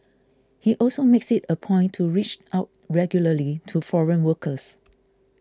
he also makes it a point to reach out regularly to foreign workers